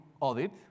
audit